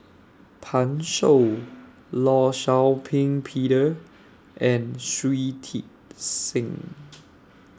Pan Shou law Shau Ping Peter and Shui Tit Sing